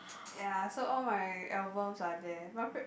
ya so all my albums are there my pri~